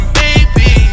baby